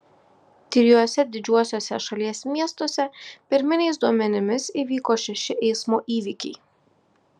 trijuose didžiuosiuose šalies miestuose pirminiais duomenimis įvyko šeši eismo įvykiai